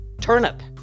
turnip